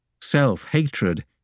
self-hatred